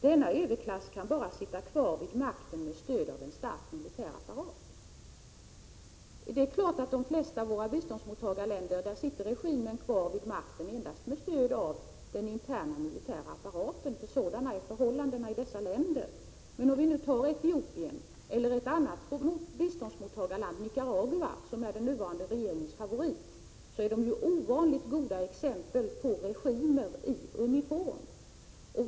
Denna överklass kan bara sitta kvar vid makten med stöd av en stark militär apparat.” Det är klart att regimen i de flesta av våra biståndsmottagarländer sitter kvar vid makten endast med stöd av den interna militära apparaten. Sådana är förhållandena i dessa länder. Men om vi nu ser på Etiopien eller ett annat biståndsmottagarland, Nicaragua, som är den nuvarande regeringens favorit, så är det ju ovanligt goda exempel på länder som har en regim i uniform.